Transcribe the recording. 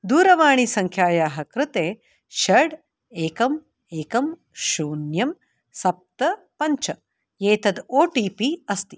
दूरवाणीसङ्ख्यायाः कृते षट् एकं एकं शून्यं सप्त पञ्च एतत् ओटिपि अस्ति